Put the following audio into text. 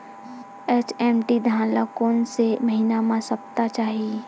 HMT धान ल कोन से महिना म सप्ता चाही?